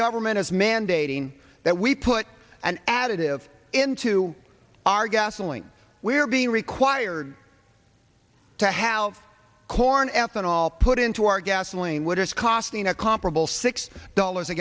government is mandating that we put an additive into our gasoline we're being required to have corn ethanol put into our gasoline which is costing a comparable six dollars a